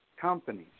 companies